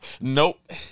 Nope